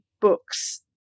books